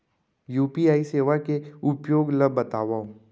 UPI सेवा के उपयोग ल बतावव?